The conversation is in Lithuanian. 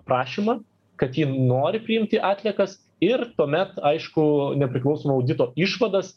prašymą kad ji nori priimti atliekas ir tuomet aišku nepriklausomo audito išvadas